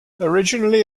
originally